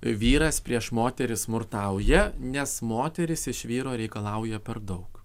vyras prieš moterį smurtauja nes moteris iš vyro reikalauja per daug